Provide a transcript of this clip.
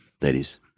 ladies